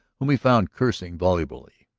whom he found cursing volubly.